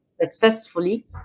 successfully